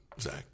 Zach